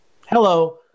Hello